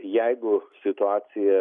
jeigu situacija